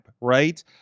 right